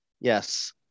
Yes